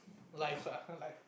life ah life